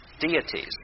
deities